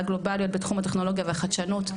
גלובליות בתחום הטכנולוגיה והחדשנות,